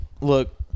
look